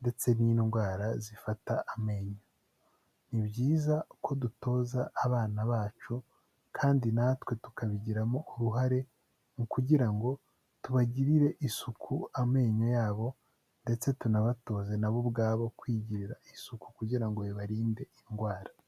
ndetse n'indwara zifata amenyo, ni byiza ko dutoza abana bacu, kandi natwe tukabigiramo uruhare mu kugira ngo tubagirire isuku, amenyo yabo, ndetse tunabatoze nabo ubwabo kwigirira isuku kugira ngo bibarinde indwara.